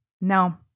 No